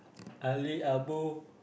Ali Abu